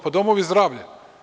Pa, domovi zdravlja.